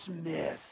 Smith